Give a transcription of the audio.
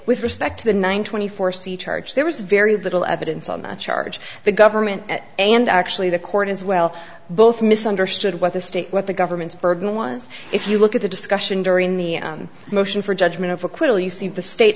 with respect to the nine twenty four c charge there was very little evidence on the charge the government and actually the court as well both misunderstood what the state what the government's burden was if you look at the discussion during the motion for judgment of acquittal you see the state